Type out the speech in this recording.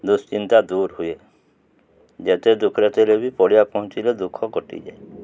ଦୁଶ୍ଚିନ୍ତା ଦୂର ହୁଏ ଯେତେ ଦୁଃଖରେ ଥିଲେ ବି ପଡ଼ିଆକୁ ପହଁଞ୍ଚିଲେ ଦୁଃଖ କଟିଯାଏ